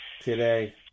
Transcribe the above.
Today